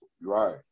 right